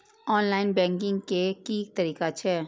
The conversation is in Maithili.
ऑनलाईन बैंकिंग के की तरीका छै?